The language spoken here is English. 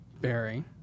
Barry